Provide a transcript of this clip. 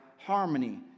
harmony